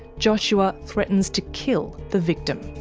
joshua threatens to kill the victim.